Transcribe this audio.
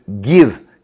give